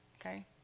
okay